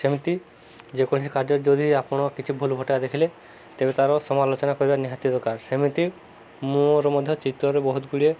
ସେମିତି ଯେକୌଣସି କାର୍ଯ୍ୟରେ ଯଦି ଆପଣ କିଛି ଭୁଲ ଭଟା ଦେଖିଲେ ତେବେ ତାର ସମାଲୋଚନା କରିବା ନିହାତି ଦରକାର ସେମିତି ମୋର ମଧ୍ୟ ଚିତ୍ରରେ ବହୁତ ଗୁଡ଼ିଏ